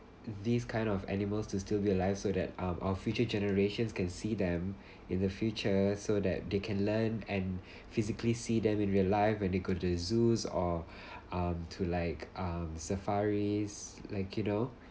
these kind of animals to still be alive so that um our future generations can see them in the future so that they can learn and physically see them in real life when they go to zoos or um to like um safari's like you know